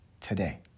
today